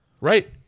right